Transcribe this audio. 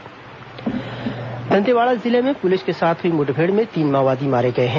माओवादी वारदात दंतेवाड़ा जिले में पुलिस के साथ हुई मुठभेड़ में तीन माओवादी मारे गए हैं